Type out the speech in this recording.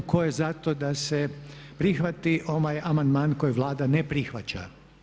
Tko je za to da se prihvati ovaj amandman kojeg Vlada ne prihvaća?